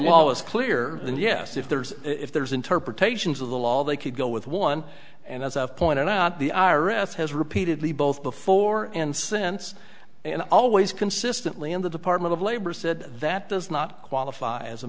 is clear and yes if there's if there's interpretations of the law they could go with one and as i've pointed out the i r s has repeatedly both before and since and always consistently in the department of labor said that does not qualify as a